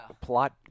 plot